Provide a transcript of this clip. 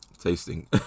tasting